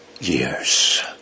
years